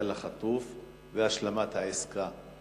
החייל החטוף והשלמת העסקה.